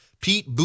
Pete